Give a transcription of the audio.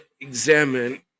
examine